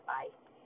Bye